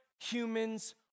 Humans